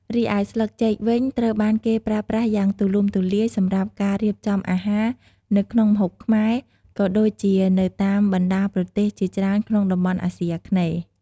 រីឯ ស្លឹកចេក វិញត្រូវបានគេប្រើប្រាស់យ៉ាងទូលំទូលាយសម្រាប់ការ រៀបចំអាហារ នៅក្នុងម្ហូបខ្មែរ ក៏ដូចជានៅតាមបណ្ដាប្រទេសជាច្រើនក្នុងតំបន់អាស៊ីអាគ្នេយ៍។